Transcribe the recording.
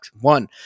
One